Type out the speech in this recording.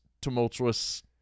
tumultuous